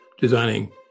designing